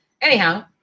Anyhow